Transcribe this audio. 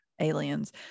aliens